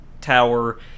tower